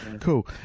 Cool